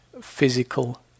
physical